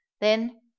Then—